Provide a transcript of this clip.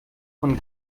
von